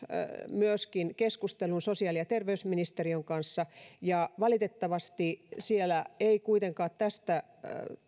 myöskin keskustelun sosiaali ja terveysministeriön kanssa valitettavasti siellä ei kuitenkaan tästä